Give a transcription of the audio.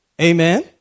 Amen